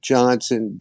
Johnson